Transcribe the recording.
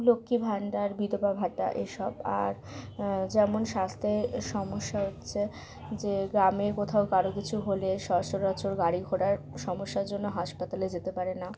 লক্ষ্মী ভাণ্ডার বিধবা ভাতা এসব আর যেমন স্বাস্থ্যে সমস্যা হচ্ছে যে গ্রামে কোথাও কারোর কিছু হলে সচরাচর গাড়ি ঘোড়ার সমস্যার জন্য হাসপাতালে যেতে পারে না